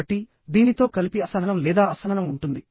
కాబట్టిదీనితో కలిపి అసహనం లేదా అసహనం ఉంటుంది